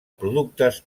productes